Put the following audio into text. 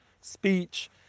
speech